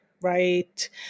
right